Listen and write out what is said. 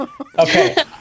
Okay